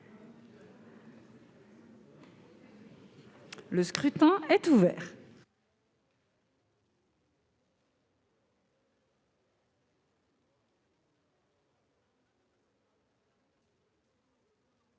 Le scrutin est ouvert.